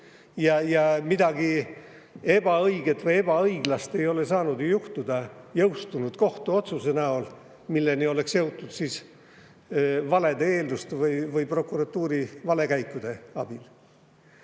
Midagi ebaõiget või ebaõiglast ei ole saanud ju juhtuda jõustunud kohtuotsuse näol, milleni oleks jõutud valede eelduste või prokuratuuri valekäikude abil.